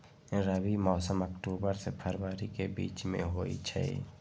रबी मौसम अक्टूबर से फ़रवरी के बीच में होई छई